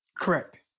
Correct